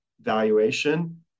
valuation